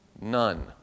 None